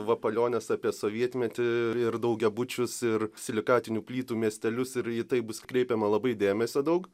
vapalionės apie sovietmetį ir daugiabučius ir silikatinių plytų miestelius ir tai bus kreipiama labai dėmesio daug